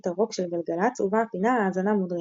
הרוק של גלגלצ ובה הפינה "האזנה מודרכת"